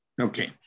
Okay